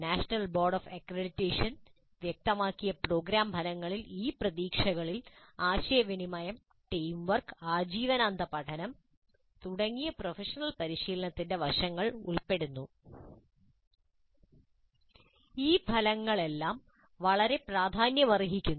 national Board of Accreditation വ്യക്തമാക്കിയ programme ഫലങ്ങളിൽ ഈ പ്രതീക്ഷകളിൽ ആശയവിനിമയം ടീംവർക്ക് ആജീവനാന്തപഠനം തുടങ്ങിയ പ്രൊഫഷണൽ പരിശീലനത്തിന്റെ വശങ്ങൾ ഉൾപ്പെടുന്നു ഈ ഫലങ്ങളെല്ലാം വളരെ പ്രാധാന്യമർഹിക്കുന്നു